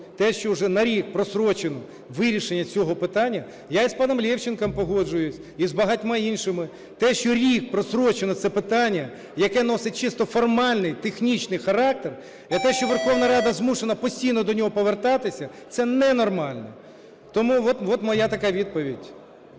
те, що уже на рік прострочено вирішення цього питання… Я і з паном Левченком погоджуюсь, і з багатьма іншими. Те, що рік прострочено це питання, яке носить чисто формальний, технічний характер, і те, що Верховна Рада змушена постійно до нього повертатися, це ненормально. Тому от моя така відповідь.